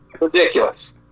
Ridiculous